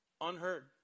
unheard